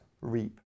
reap